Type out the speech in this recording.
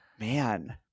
man